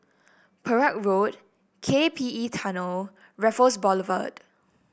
Perak Road K P E Tunnel Raffles Boulevard